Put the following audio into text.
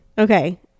Okay